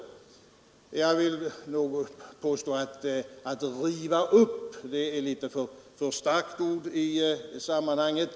Att använda uttrycket riva upp ett beslut är dock nog litet för starkt i sammanhanget.